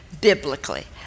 biblically